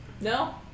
No